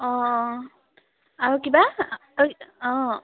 অঁ অঁ আৰু কিবা অঁ